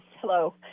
hello